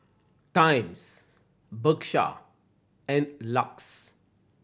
Times Bershka and LUX